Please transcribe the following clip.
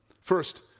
First